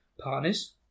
partners